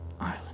island